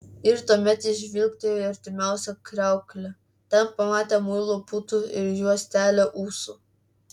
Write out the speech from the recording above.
ir tuomet jis žvilgtelėjo į artimiausią kriauklę ten pamatė muilo putų ir juostelę ūsų